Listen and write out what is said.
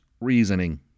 reasoning